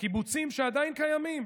בקיבוצים שעדיין קיימים,